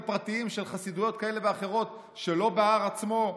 פרטיים של חסידויות כאלה ואחרות שלא בהר עצמו?